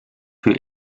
für